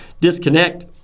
disconnect